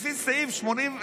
לפי סעיף 83,